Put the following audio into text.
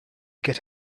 get